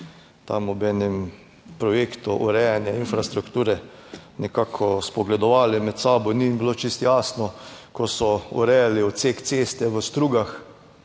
tam ob enem projektu urejanja infrastrukture nekako spogledovali med sabo, ni jim bilo čisto jasno, ko so urejali odsek ceste v strugah,